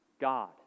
God